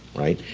right,